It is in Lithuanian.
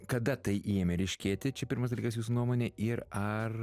kada tai ėmė ryškėti čia pirmas dalykas jūs nuomone ir ar